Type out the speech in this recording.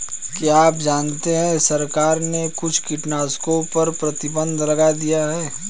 क्या आप जानते है सरकार ने कुछ कीटनाशकों पर प्रतिबंध लगा दिया है?